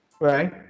Right